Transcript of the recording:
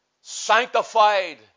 Sanctified